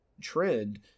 trend